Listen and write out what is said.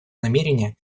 намерение